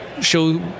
show